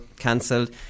Cancelled